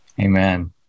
Amen